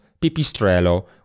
pipistrello